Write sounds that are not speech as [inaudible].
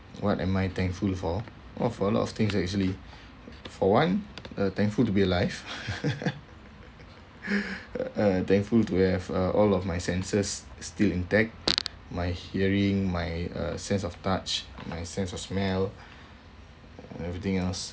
what am I thankful for of a lot of things actually for one uh thankful to be alive [laughs] uh thankful to have uh all of my senses still intact my hearing my uh sense of touch my sense of smell and everything else